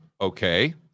Okay